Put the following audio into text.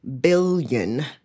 billion